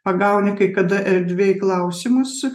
pagauni kai kada erdvėje klausimus